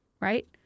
Right